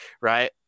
right